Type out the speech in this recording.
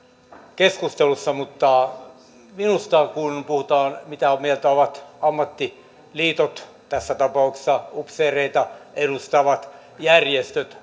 keskustelussa mutta minusta kun puhutaan siitä mitä mieltä ovat ammattiliitot tässä tapauksessa upseereita edustavat järjestöt